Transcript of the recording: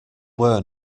were